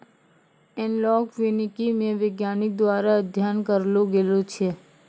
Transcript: एनालाँक वानिकी मे वैज्ञानिक द्वारा अध्ययन करलो गेलो छै